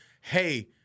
Hey